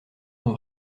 sont